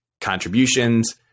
contributions